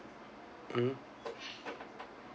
mmhmm